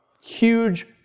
Huge